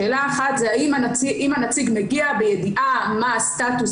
שאלה אחת היא אם הנציג מגיע בידיעה מה הסטטוס